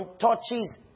touches